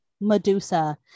medusa